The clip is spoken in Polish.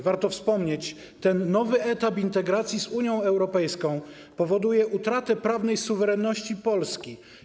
Warto wspomnieć: ten nowy etap integracji z Unią Europejską powoduje utratę prawnej suwerenności Polski.